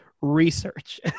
research